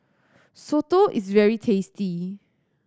soto is very tasty